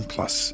Plus